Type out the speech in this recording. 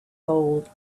gold